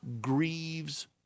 grieves